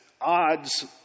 odds